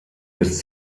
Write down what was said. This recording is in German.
bis